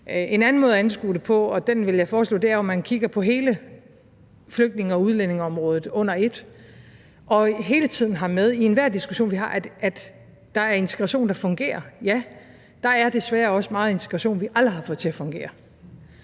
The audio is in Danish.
En anden måde at anskue det på – og den vil jeg foreslå – er jo, at man kigger på hele flygtninge- og udlændingeområdet under et og hele tiden har med i enhver diskussion, vi har, at der er integration, der fungerer, ja, men at der desværre er også meget integration, vi aldrig har fået til at fungere.